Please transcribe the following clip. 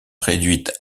réduite